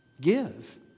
give